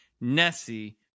Nessie